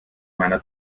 meiner